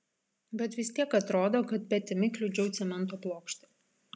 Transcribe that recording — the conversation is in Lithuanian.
bet vis tiek atrodo kad petimi kliudžiau cemento plokštę